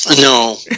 no